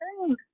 thanks